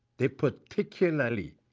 they particularly